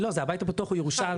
לא, זה הבית הפתוח, הוא ירושלמי.